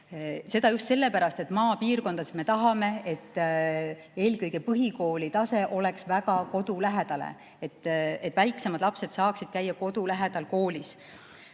Seda just sellepärast, et maapiirkondades me tahame, et eelkõige põhikool oleks väga kodu lähedal, nii et väiksemad lapsed saaksid käia kodu lähedal koolis.